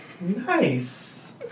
Nice